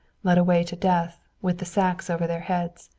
led away to death, with the sacks over their heads.